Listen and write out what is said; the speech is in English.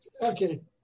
okay